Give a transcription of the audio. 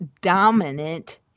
dominant